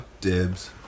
Dibs